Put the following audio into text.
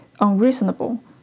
unreasonable